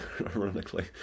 ironically